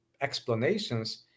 explanations